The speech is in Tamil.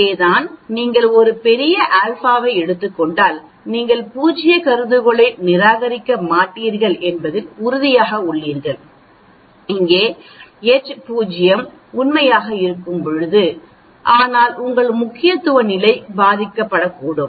அங்குதான் நீங்கள் ஒரு பெரிய α ஐ எடுத்துக் கொண்டால் நீங்கள் பூஜ்ய கருதுகோளை நிராகரிக்க மாட்டீர்கள் என்பதில் உறுதியாக உள்ளீர்கள் அங்கு H0 உண்மையாக இருக்கும்போது ஆனால் உங்கள் முக்கியத்துவ நிலை கூட பாதிக்கப்படும்